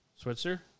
Switzer